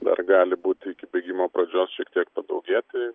dar gali būt iki bėgimo pradžios šiek tiek padaugėt tai